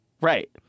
Right